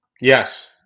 Yes